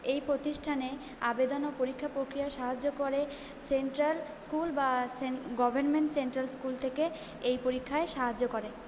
এই প্রতিষ্ঠানে আবেদন ও পরীক্ষা প্রক্রিয়ায় সাহায্য করে সেন্ট্রাল স্কুল বা সেন গভর্নমেন্ট সেন্ট্রাল স্কুল থেকে এই পরীক্ষায় সাহায্য করে